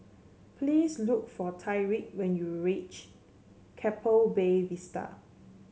please look for Tyreek when you reach Keppel Bay Vista